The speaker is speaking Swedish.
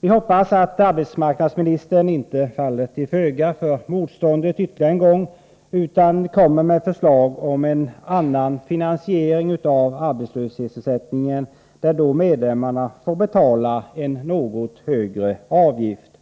Vi hoppas att arbetsmarknadsministern inte faller till föga för motståndet ytterligare en gång, utan kommer med förslag om en annan finansiering av arbetslöshetsersättningen som innebär att medlemmarna får betala en något högre avgift.